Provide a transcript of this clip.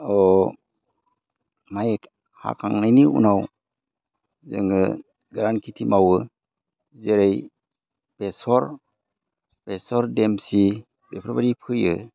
अ माइ हाखांनायनि उनाव जोङो गोरान खेथि मावो जेरै बेसर बेसर देमसि बेफोरबायदि फोयो